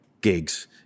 gigs